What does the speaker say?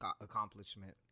accomplishment